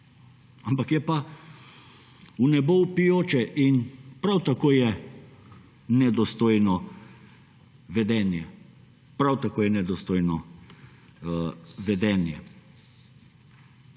ampak je pa vnebovpijoče. In prav tako je nedostojno vedenje,